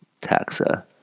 Taxa